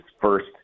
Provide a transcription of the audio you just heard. first